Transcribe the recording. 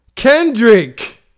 Kendrick